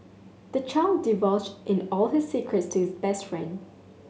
the child divulged in all his secrets to his best friend